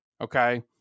Okay